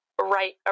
right